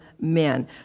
men